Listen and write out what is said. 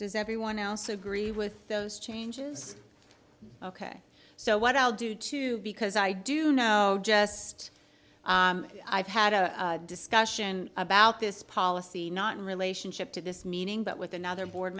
does everyone else agree with those changes ok so what i'll do too because i do know just i've had a discussion about this policy not in relationship to this meaning but with another board